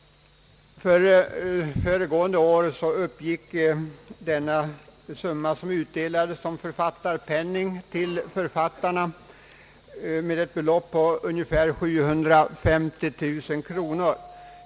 Föregående år uppgick den summa som utbetalades som författarpenning till ungefär 750 000 kronor.